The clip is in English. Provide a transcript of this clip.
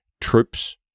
troops